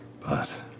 but